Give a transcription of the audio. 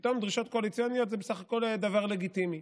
פתאום דרישות קואליציוניות זה בסך הכול דבר לגיטימי.